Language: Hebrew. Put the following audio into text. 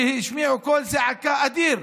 השמיעו קול זעקה אדיר.